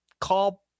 call